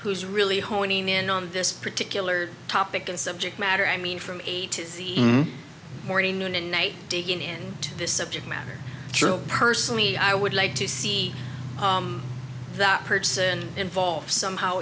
who's really honing in on this particular topic and subject matter i mean from morning noon and night digging in to this subject matter personally i would like to see that person involved somehow